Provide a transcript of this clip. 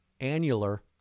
annular